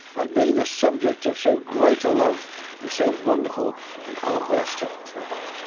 and be the subject of so great a love and so wonderful an outburst of prayer.